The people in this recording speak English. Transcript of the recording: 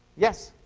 yes?